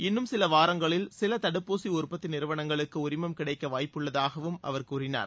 இன்னும் சிலவாரங்களில் சிலதடுப்பூசிஉற்பத்திநிறுவனங்களுக்குஉரிமம் கிடைக்கவாய்ப்புள்ளதாகவும் அவர் கூறினார்